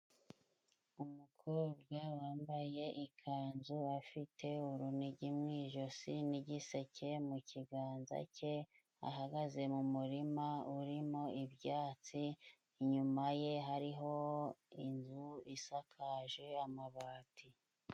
Umukobwa wambaye ikanzu, afite urunigi mu ijosi n'igiseke mu kiganza cye. Ahagaze mu murima urimo ibyatsi inyuma ye hariho inzu isakaje amabati.